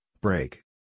break